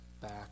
back